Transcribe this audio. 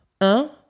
un